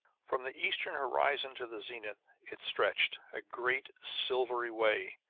from the eastern horizon to the zenith it stretched, a great silvery way,